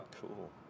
cool